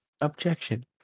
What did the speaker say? Objection